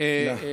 כן, כן.